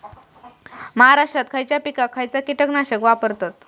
महाराष्ट्रात खयच्या पिकाक खयचा कीटकनाशक वापरतत?